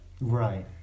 right